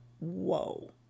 Whoa